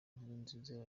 nziza